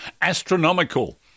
Astronomical